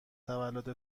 تولد